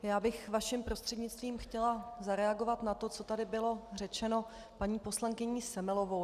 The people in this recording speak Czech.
Já bych vaším prostřednictvím chtěla zareagovat na to, co tady bylo řečeno paní poslankyní Semelovou.